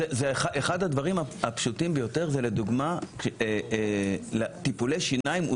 אחד הדברים הפשוטים ביותר זה לדוגמה טיפולי שיניים.